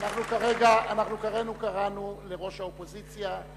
אנחנו כרגע קראנו לראש האופוזיציה,